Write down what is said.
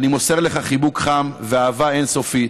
אני מוסר לך חיבוק חם ואהבה אין-סופית,